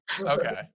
Okay